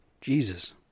Jesus